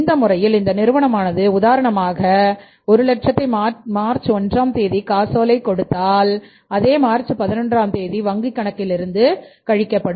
இந்த முறையில் அந்த நிறுவனமானது உதாரணமாக 100000 மார்ச் ஒன்றாம் தேதி காசோலை கொடுத்தாள் அதே மார்ச் 11ஆம் தேதி வங்கி கணக்கிலிருந்து கழிக்கப்படும்